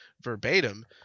verbatim